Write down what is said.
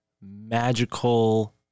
magical